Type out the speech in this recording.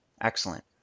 Excellent